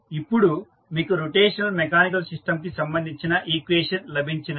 ఇప్పుడు మీకు rotational mechanical సిస్టంకి సంబంధించిన ఈక్వేషన్ లభించినది